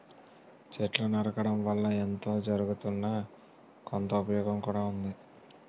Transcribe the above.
చెట్లు నరకడం వల్ల ఎంతో జరగుతున్నా, కొంత ఉపయోగం కూడా ఉంది